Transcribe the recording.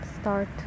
start